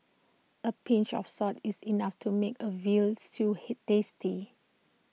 A pinch of salt is enough to make A Veal Stew he tasty